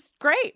great